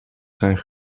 zijn